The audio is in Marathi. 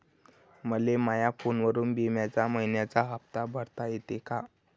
मले माया फोनवरून बिम्याचा मइन्याचा हप्ता भरता येते का?